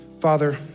Father